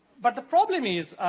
but, the problem is,